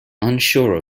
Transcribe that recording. unsure